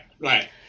right